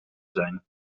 zijn